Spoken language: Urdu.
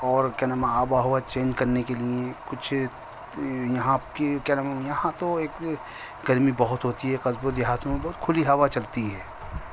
اور کیا نام ہے آب و ہوا چینج کرنے کے لیے کچھ یہاں کی کیا نام ہے یہاں تو ایک گرمی بہت ہوتی ہے قصبوں دیہاتوں میں بہت کھلی ہوا چلتی ہے